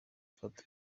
mfata